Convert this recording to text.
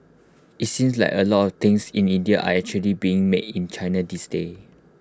IT seems like A lot things in India are actually being made in China these days